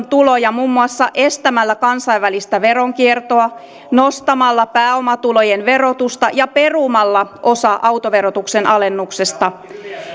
tuloja muun muassa estämällä kansainvälistä veronkiertoa nostamalla pääomatulojen verotusta ja perumalla osa autoverotuksen alennuksesta